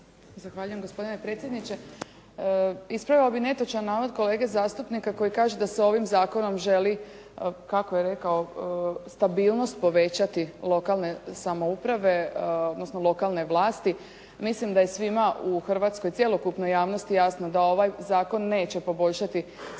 Zahvaljujem gospodine predsjedniče. Ispravila bih netočan navod kolege zastupnika koji kaže da se ovim zakonom želi, kako je rekao, stabilnost povećati lokalne samouprave odnosno lokalne vlasti. Mislim da je svima u Hrvatskoj, cjelokupnoj javnosti jasno da ovaj zakon neće poboljšati stabilnost